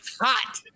hot